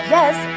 Yes